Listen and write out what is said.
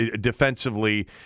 defensively